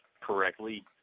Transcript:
correctly